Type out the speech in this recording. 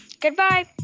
Goodbye